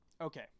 Okay